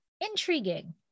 Intriguing